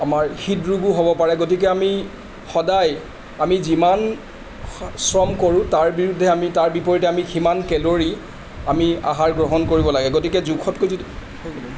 আমাৰ হৃদৰোগো হ'ব পাৰে গতিকে আমি সদায় আমি যিমান শ্ৰম কৰোঁ তাৰ বিৰুদ্ধে আমি তাৰ বিপৰীতে আমি সিমান কেলৰি আমি আহাৰ গ্ৰহণ কৰিব লাগে গতিকে জোখতকৈ যদি